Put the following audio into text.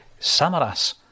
Samaras